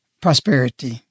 prosperity